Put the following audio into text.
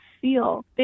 feel